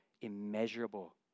immeasurable